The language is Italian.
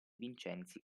vincenzi